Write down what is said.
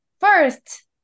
first